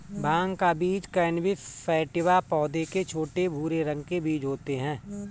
भाँग का बीज कैनबिस सैटिवा पौधे के छोटे, भूरे रंग के बीज होते है